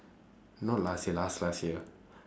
not last year last last year